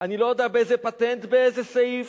אני לא יודע באיזה פטנט, באיזה סעיף,